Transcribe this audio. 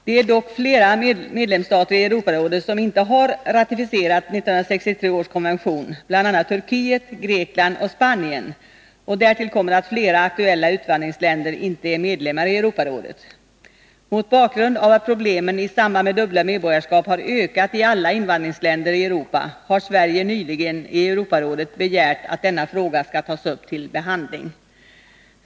Det är dock flera medlemsstater i Europarådet som inte har ratificerat 1963 års konvention, bl.a. Turkiet, Grekland och Spanien, och därtill kommer att flera aktuella utvandringsländer inte är medlemmar i Europarådet. Mot bakgrund av att problemen i samband med dubbla medborgarskap har ökat i alla invandringsländer i Europa har Sverige nyligen i Europarådet begärt att denna fråga skall tas upp till behandling.